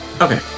okay